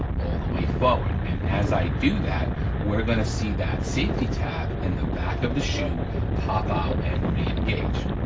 all the way forward, and as i do that we're gonna see that safety tab in the back of the shoe pop out and reengage.